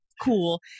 cool